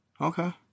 Okay